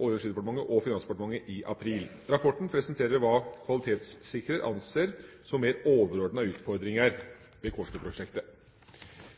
og Finansdepartementet i april. Rapporten presenterer hva kvalitetssikrer anser som mer overordnede utfordringer ved Kårstø-prosjektet.